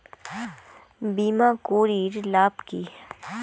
বিমা করির লাভ কি?